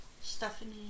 Stephanie